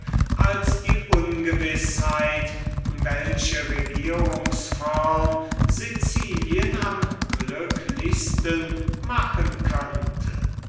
als die ungewißheit welche regierungs form sicilien am glücklichsten machen könnte